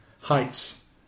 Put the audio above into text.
heights